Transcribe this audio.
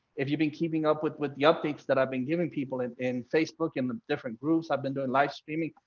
if you've been keeping up with with the updates that i've been giving people in in facebook and the different groups, i've been doing live streaming,